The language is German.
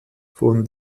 von